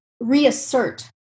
reassert